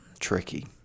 Tricky